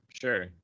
Sure